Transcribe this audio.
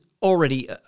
Already